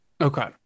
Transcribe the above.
Okay